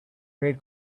great